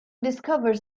discovers